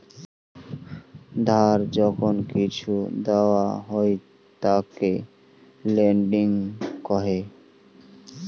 ধার যখন কিসু দাওয়াত হই তাকে লেন্ডিং কহে